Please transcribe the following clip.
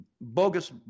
bogus